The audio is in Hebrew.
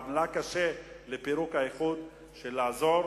עמלה קשה על פירוק האיחוד וצריך לעזור